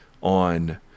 on